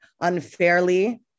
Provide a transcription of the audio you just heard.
unfairly